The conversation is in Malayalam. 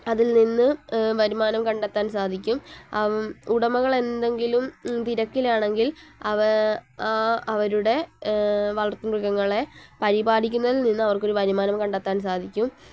അതിൽനിന്ന് വരുമാനം കണ്ടെത്താൻ സാധിക്കും അവ ഉടമകൾ എന്തെങ്കിലും തിരക്കിലാണെങ്കിൽ അവ അവരുടെ വളർത്തു മൃഗങ്ങളെ പരിപാലിക്കുന്നതിൽനിന്ന് അവർക്കൊരു വരുമാനം കണ്ടെത്താൻ സാധിക്കും